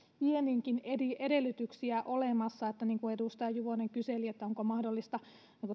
vienninkin edellytyksiä olemassa niin kuin edustaja juvonen kyseli onko mahdollista